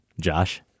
Josh